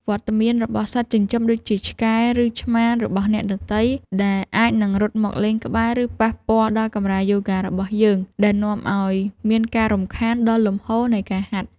វត្តមានរបស់សត្វចិញ្ចឹមដូចជា ឆ្កែ ឬឆ្មារបស់អ្នកដទៃ ដែលអាចនឹងរត់មកលេងក្បែរ ឬប៉ះពាល់ដល់កម្រាលយូហ្គារបស់យើង ដែលនាំឱ្យមានការរំខានដល់លំហូរនៃការហាត់។